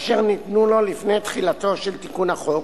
אשר ניתנו לו לפני תחילתו של תיקון החוק,